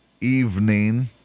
evening